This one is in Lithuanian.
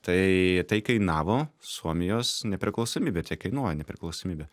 tai tai kainavo suomijos nepriklausomybę tiek kainuoja nepriklausomybė